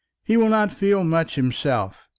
he will not feel much himself,